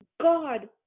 God